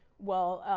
well,